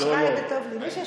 אשריי וטוב לי.